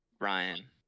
Ryan